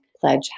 pledge